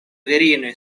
virinoj